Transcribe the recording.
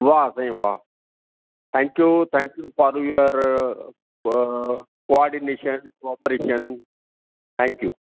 वाह साईं वाह thank you thank you for your coordination cooperation thank U